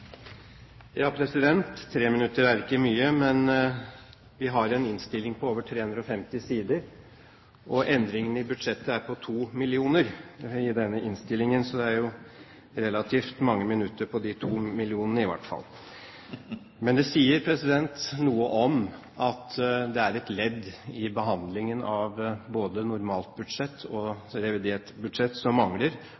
er ikke mye. Men vi har en innstilling på over 350 sider, og endringene i budsjettet er på 2 mill. kr i denne innstillingen, så det er jo relativt mange minutter på de to millionene i hvert fall. Men det sier noe om at det er et ledd i behandlingen av både normalt budsjett og